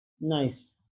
Nice